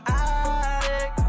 addict